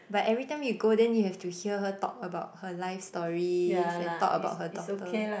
but every time you go then you have to hear her talk about her life stories and talk about her daughter